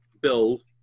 Bill